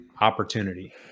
opportunity